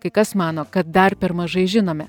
kai kas mano kad dar per mažai žinome